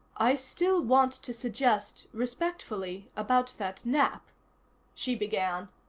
i still want to suggest, respectfully, about that nap she began.